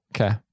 Okay